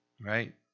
Right